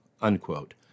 unquote